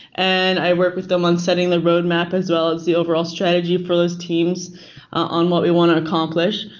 and i work with them on setting the roadmap as well as the overall strategy for those teams on what we want to accomplish.